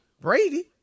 Brady